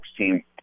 team